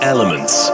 Elements